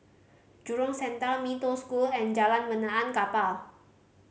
jurong Center Mee Toh School and Jalan Benaan Kapal